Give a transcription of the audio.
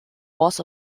was